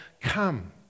come